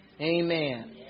Amen